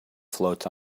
floats